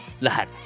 lahat